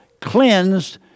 cleansed